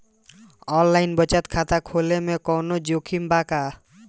Online बचत खाता खोले में कवनो जोखिम बा का?